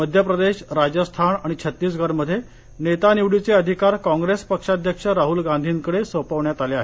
मध्यप्रदेश राजस्थान आणि छत्तीसगडमध्ये नेता निवडीचे अधिकार कॉप्रेस पक्षाध्यक्ष राहूल गांधींकडे सोपवण्यात आले आहेत